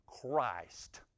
christ